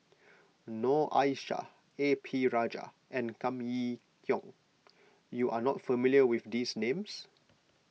Noor Aishah A P Rajah and Kam Kee Yong you are not familiar with these names